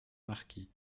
marquis